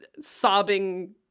sobbing